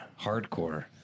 hardcore